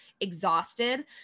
exhausted